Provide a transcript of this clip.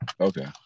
Okay